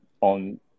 on